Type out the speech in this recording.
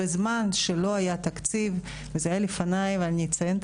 בזמן שלא היה תקציב וזה היה לפניי ואני אציין את